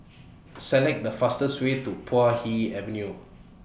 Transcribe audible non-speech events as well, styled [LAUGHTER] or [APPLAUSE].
[NOISE] Select The fastest Way to Puay Hee Avenue